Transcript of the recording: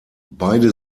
beide